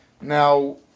Now